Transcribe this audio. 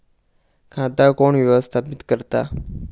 खाता कोण व्यवस्थापित करता?